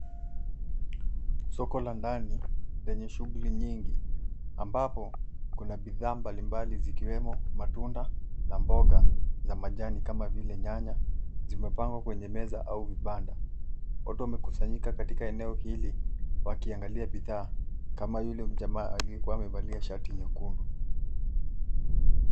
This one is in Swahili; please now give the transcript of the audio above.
Soko la ndani lenye shughuli nyingi ambapo kuna bidhaa mbalimbali zikiwemo matunda na mboga za majani kama vile nyanya. Zimepangwa kwenye meza au vibanda. Watu wamekusanyika katika eneo hili wakiangalia bidhaa kama yule mjamaa aliyekuwa amevalia shati nyekundu.